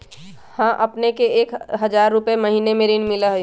हां अपने के एक हजार रु महीने में ऋण मिलहई?